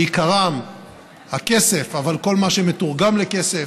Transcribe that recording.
בעיקרם הכסף אבל כל מה שמתורגם לכסף,